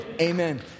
Amen